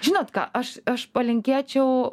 žinot ką aš aš palinkėčiau